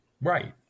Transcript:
right